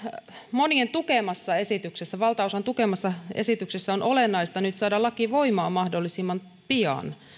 monien tukemassa esityksessä valtaosan tukemassa esityksessä on olennaista nyt saada laki voimaan mahdollisimman pian